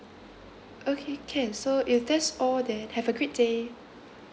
okay can so if that's all then have a great day